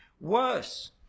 Worse